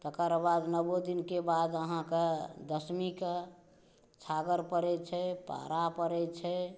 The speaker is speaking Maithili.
तकर बाद नओ दिनके बाद अहाँकेॅं दशमीकऽ छागर पड़ै छै पाड़ा पड़ै छै